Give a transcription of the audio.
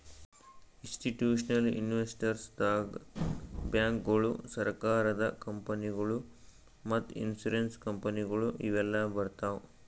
institutional investors ದಾಗ್ ಬ್ಯಾಂಕ್ಗೋಳು, ಸರಕಾರದ ಕಂಪನಿಗೊಳು ಮತ್ತ್ ಇನ್ಸೂರೆನ್ಸ್ ಕಂಪನಿಗೊಳು ಇವೆಲ್ಲಾ ಬರ್ತವ್